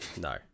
No